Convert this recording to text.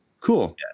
Cool